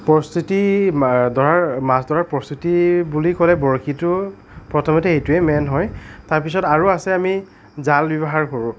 প্ৰস্তুতি মাছ ধৰাৰ প্ৰস্তুতি বুলি ক'লে বৰশীটো প্ৰথমতে এইটোৱে মেইন হয় তাৰপিছত আৰু আছে আমি জাল ব্যৱহাৰ কৰোঁ